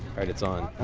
right, it's on